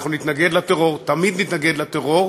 אנחנו נתנגד לטרור, תמיד נתנגד לטרור,